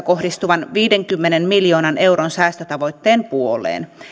kohdistuvan viidenkymmenen miljoonan euron säästötavoitteen puoleen